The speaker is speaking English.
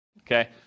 okay